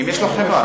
אם יש לו חברה.